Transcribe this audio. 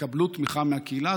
יקבלו תמיכה מהקהילה.